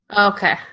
Okay